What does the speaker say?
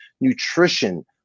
nutrition